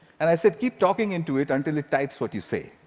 and i said, keep talking into it until it types what you say.